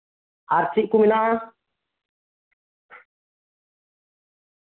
ᱟᱨ ᱪᱮᱫ ᱠᱩ ᱢᱮᱱᱟᱜᱼᱟ